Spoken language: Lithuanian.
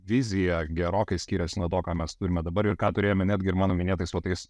vizija gerokai skirias nuo to ką mes turime dabar ir ką turėjome netgi ir mano minėtais va tais